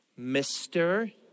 Mr